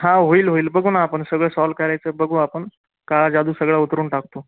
हा होईल होईल बघू ना आपण सगळं सॉल्व करायचं बघू आपण काळा जादू सगळं उतरून टाकतो